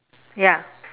ya